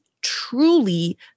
truly